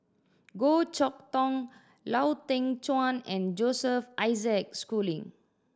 Goh Chok Tong Lau Teng Chuan and Joseph Isaac Schooling